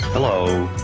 hello,